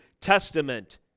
Testament